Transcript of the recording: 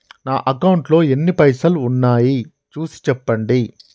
నా అకౌంట్లో ఎన్ని పైసలు ఉన్నాయి చూసి చెప్పండి?